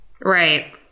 Right